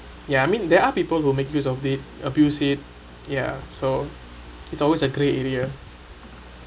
ya I mean there are people who make use of it abuse it ya so it's always a grey area